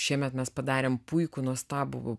šiemet mes padarėm puikų nuostabų